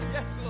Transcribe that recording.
Yes